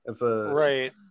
Right